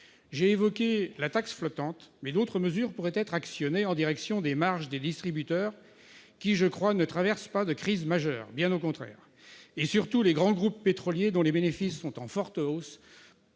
J'ai évoqué la taxe flottante, mais d'autres mesures pourraient être actionnées en direction des marges des distributeurs, lesquels, me semble-t-il, ne traversent pas de crise majeure, bien au contraire. Je pense surtout aux grands groupes pétroliers, dont les bénéfices sont en forte hausse,